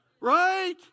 Right